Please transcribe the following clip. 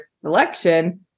selection